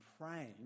praying